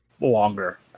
Longer